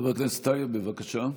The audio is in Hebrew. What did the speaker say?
חבר הכנסת טייב, בבקשה.